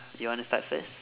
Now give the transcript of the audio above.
you want to start first